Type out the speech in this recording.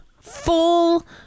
full